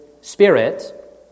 spirit